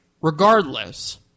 regardless